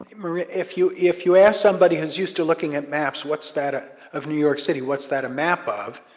maria, if you if you ask somebody who is used to looking at maps, what's that, ah of new york city, what's that a map of,